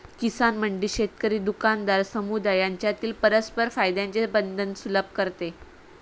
किसान मंडी शेतकरी, दुकानदार, समुदाय यांच्यातील परस्पर फायद्याचे बंधन सुलभ करते